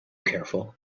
careful